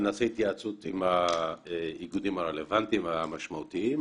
נעשה התייעצויות עם האיגודים הרלוונטיים המשמעותיים.